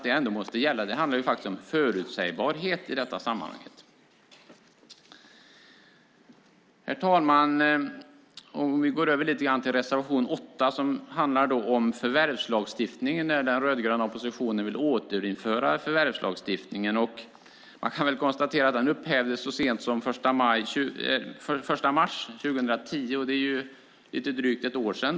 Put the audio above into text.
Det handlar faktiskt om förutsägbarhet i detta sammanhang. Herr talman! Jag ska gå över till reservation 8 som handlar om förvärvslagstiftningen. Den rödgröna oppositionen vill återinföra förvärvslagstiftningen. Jag kan konstatera att den upphävdes så sent som den 1 mars 2010. Det är lite drygt ett år sedan.